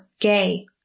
gay